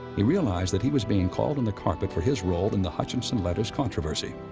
he realized that he was being called on the carpet for his role in the hutchinson letters controversy.